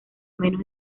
menos